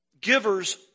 Givers